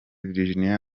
virginia